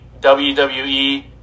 WWE